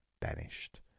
banished